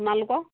আপোনালোকৰ